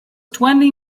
twenty